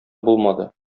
булмады